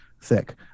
thick